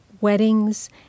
weddings